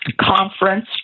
Conference